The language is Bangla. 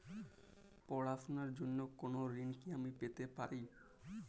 পড়াশোনা র জন্য কোনো ঋণ কি আমি পেতে পারি?